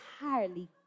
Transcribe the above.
entirely